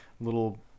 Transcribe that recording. little